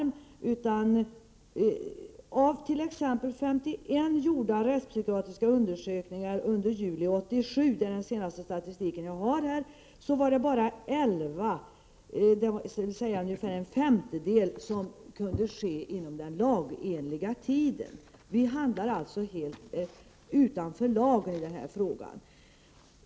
Som ett exempel skall jag ta den senaste statistiken som är för juli 1987. Av 51 gjorda rättspsykiatriska undersökningar under juli 1987 var det bara 11, dvs. en femtedel, som kunde ske inom den inom lagen föreskrivna tiden.